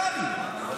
קרעי.